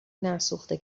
نسوخته